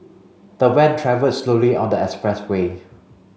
the van travelled slowly on the expressway